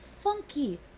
Funky